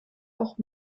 auch